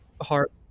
Heart